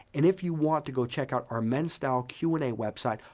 and if you want to go check out our men's style q and a website,